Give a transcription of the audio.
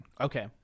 okay